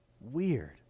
weird